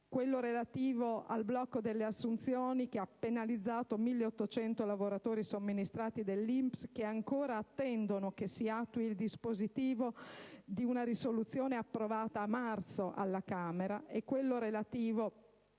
Ricordo solo il blocco delle assunzioni, che ha penalizzato 1.800 lavoratori somministratati dell'INPS, che ancora attendono che si attui il dispositivo di una risoluzione approvata a marzo alla Camera, e la